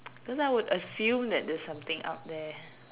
that's why I would assume that there's something out there